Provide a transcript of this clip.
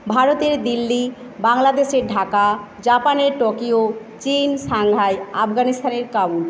ভারতের দিল্লি বাংলাদেশের ঢাকা জাপানের টোকিয়ো চিন সাংহাই আফগানিস্তানের কাবুল